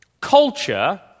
culture